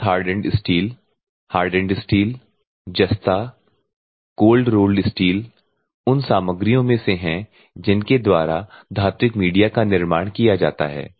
case hardened steel hardened steel जस्ता cold rolled steel उन सामग्रियों में से हैं जिनके द्वारा धात्विक मीडिया का निर्माण किया जाता है